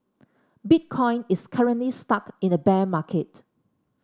Bitcoin is currently stuck in a bear market